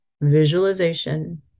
visualization